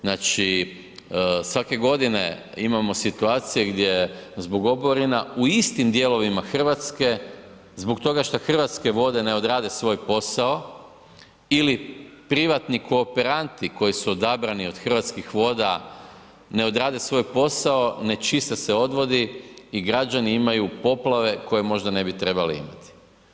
Znači, svake godine imamo situacije gdje zbog oborina u istim dijelovima RH zbog toga što Hrvatske vode ne odrade svoj posao ili privatni kooperanti koji su odabrani od Hrvatskih voda ne odrade svoj posao, ne čiste se odvodi i građani imaju poplave koje možda ne bi trebali imati.